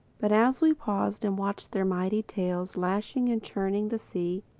but as we paused and watched their mighty tails lashing and churning the sea,